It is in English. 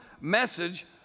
message